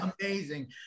amazing